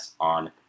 on